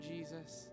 Jesus